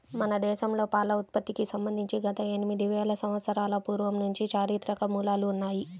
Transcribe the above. మన దేశంలో పాల ఉత్పత్తికి సంబంధించి గత ఎనిమిది వేల సంవత్సరాల పూర్వం నుంచి చారిత్రక మూలాలు ఉన్నాయి